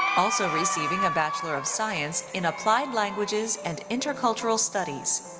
also receiving a bachelor of science in applied languages and intercultural studies.